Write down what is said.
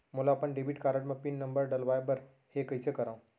मोला अपन debit card म पिन नंबर डलवाय बर हे कइसे करव?